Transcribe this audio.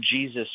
Jesus